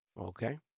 Okay